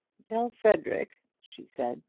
tell frederic, she said,